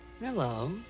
Hello